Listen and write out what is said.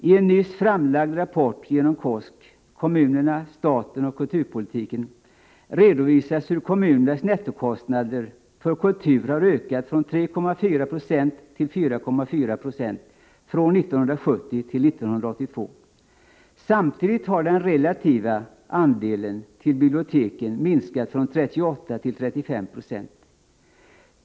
I en nyss framlagd rapport genom KOSK - Kommunerna, staten och kulturpolitiken — redovisas hur kommunernas nettokostnader för kultur har ökat från 3,4 26 år 1970 till 4,4 96 år 1982. Samtidigt har den relativa andelen till biblioteken minskat från 38 90 till 35 90!